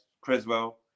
Creswell